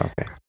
Okay